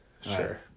sure